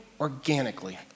organically